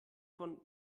von